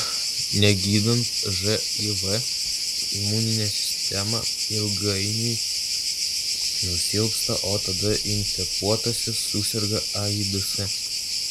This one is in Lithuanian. negydant živ imuninė sistema ilgainiui nusilpsta o tada infekuotasis suserga aids